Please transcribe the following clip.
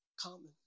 common